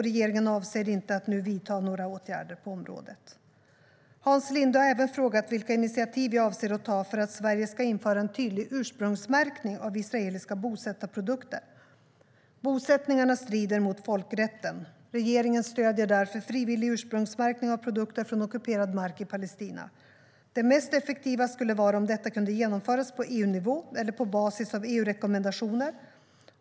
Regeringen avser inte att nu vidta några åtgärder på området. Hans Linde har även frågat vilka initiativ jag avser att ta för att Sverige ska införa en tydlig ursprungsmärkning av israeliska bosättarprodukter. Bosättningarna strider mot folkrätten. Regeringen stöder därför frivillig ursprungsmärkning av produkter från ockuperad mark i Palestina. Det mest effektiva skulle vara om detta kunde genomföras på EU-nivå eller på basis av EU-rekommendationer.